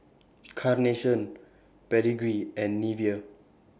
Carnation Pedigree and Nivea